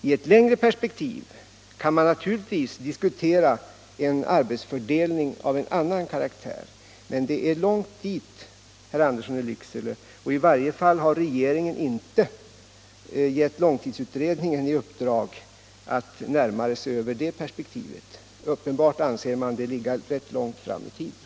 I ett längre perspektiv kan man naturligtvis diskutera en arbetsfördelning av en annan karaktär. Men det är långt dit, herr Andersson i Lycksele. I varje fall har regeringen inte givit långtidsutredningen i uppdrag att närmare se över det perspektivet. Det är uppenbart att man anser detta ligga rätt långt fram i tiden.